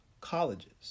colleges